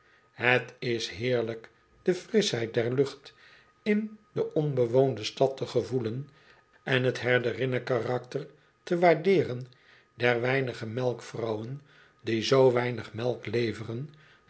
het is heerlijk de mschheid der lucht in do onbewoonde stad te gevoelen en t herderinnenkarakter te waardeeren der weinige melkvrouwen die zoo weinig melk leveren